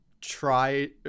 try